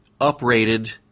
uprated